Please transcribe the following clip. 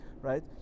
right